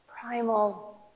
primal